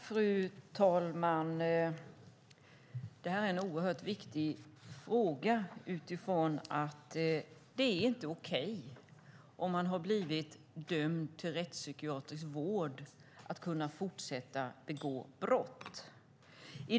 Fru talman! Det här är en oerhört viktig fråga. Det är inte okej att den som har blivit dömd till rättspsykiatrisk vård kan fortsätta att begå brott.